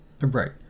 Right